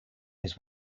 his